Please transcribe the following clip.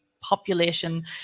population